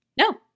No